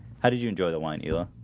how did you enjoy the wine allah?